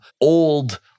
old